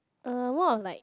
uh more of like